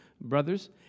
brothers